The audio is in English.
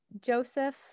Joseph